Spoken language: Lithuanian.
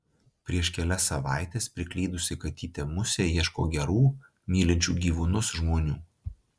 prieš kelias savaites priklydusi katytė musė ieško gerų mylinčių gyvūnus žmonių